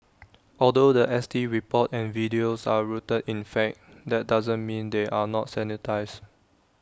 although The S T report and videos are rooted in fact that doesn't mean they are not sanitised